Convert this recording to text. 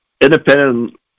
independent